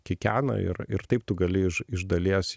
kikena ir ir taip tu gali iš iš dalies